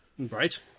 Right